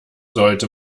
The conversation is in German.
sollte